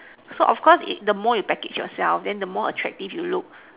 so of course if the more you package yourself then the more attractive you look